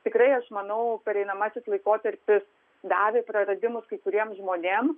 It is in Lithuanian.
tikrai aš manau pereinamasis laikotarpis davė praradimus kai kuriems žmonėms